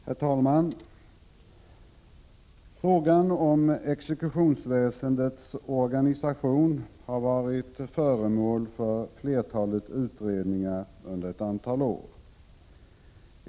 Herr talman! Frågan om exekutionsväsendets organisation har varit föremål för ett flertal utredningar under ett antal år.